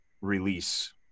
release